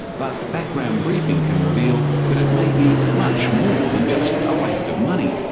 but background briefing can reveal that it may be much more than just a waste of money.